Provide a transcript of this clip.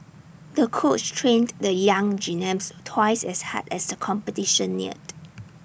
the coach trained the young gymnast twice as hard as the competition neared